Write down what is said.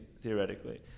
theoretically